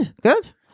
good